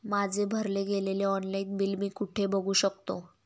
माझे भरले गेलेले ऑनलाईन बिल मी कुठे बघू शकतो?